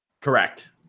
Correct